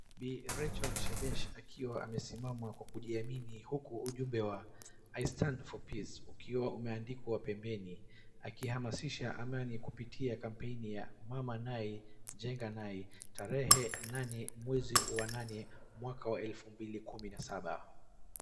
Bi Rachael Shebesh akiwa amesimama kwa kujiamini huku ujumbe wa I STAND FOR PEACE ukiwa umeandikwa pembeni. Akihamasisha amani kupitia kampeni ya Mama Nai njenga Nai, tarehe nane mwezi wa nane mwaka wa elfu mbili kumi na saba.